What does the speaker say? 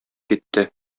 китте